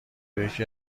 یکی